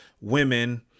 women